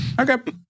Okay